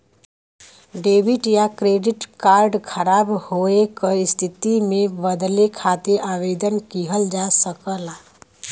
debit या credit card ख़राब होये क स्थिति में बदले खातिर आवेदन किहल जा सकला